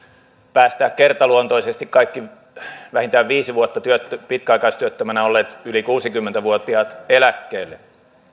päästää kertaluontoisesti kaikki vähintään viisi vuotta pitkäaikaistyöttömänä olleet yli kuusikymmentä vuotiaat eläkkeelle